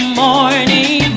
morning